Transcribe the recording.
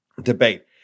debate